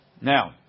Now